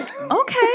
Okay